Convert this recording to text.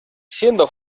siendo